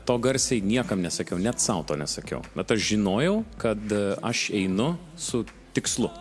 to garsiai niekam nesakiau net sau to nesakiau bet aš žinojau kad aš einu su tikslu